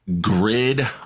Grid